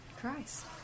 Christ